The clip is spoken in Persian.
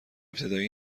ابتدایی